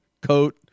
coat